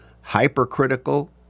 hypercritical